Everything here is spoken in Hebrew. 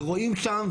ורואים שם,